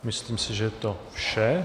Myslím si, že je to vše.